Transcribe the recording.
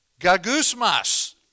gagusmas